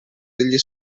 degli